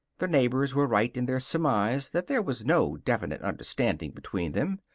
the neighbors were right in their surmise that there was no definite understanding between them.